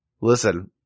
listen